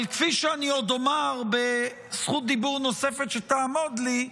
אבל כפי שאני עוד אומר בזכות דיבור נוספת שתעמוד לי,